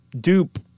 dupe